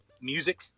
music